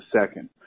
second